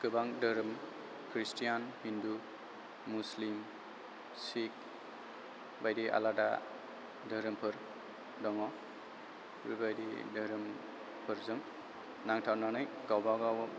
गोबां दोहोरोम क्रिस्टियान हिन्दु मुस्लिम सिक बायदि आलादा दोहोरोमफोर दङ बेफोरबायदि दोहोरोमफोरजों नांथाबनानै गावबागाव